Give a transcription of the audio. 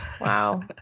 Wow